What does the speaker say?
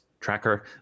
tracker